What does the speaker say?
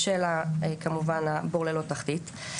בשל ה-כמובן ה"בור ללא תחתית".